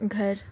گھر